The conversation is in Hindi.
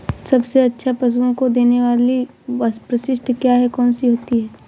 सबसे अच्छा पशुओं को देने वाली परिशिष्ट क्या है? कौन सी होती है?